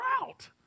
out